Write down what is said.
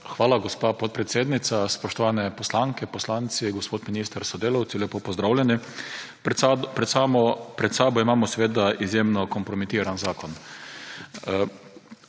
Hvala, gospa podpredsednica. Spoštovani poslanke, poslanci, gospod minister s sodelavci, lepo pozdravljeni! Pred sabo imamo seveda izjemno kompromitiran zakon.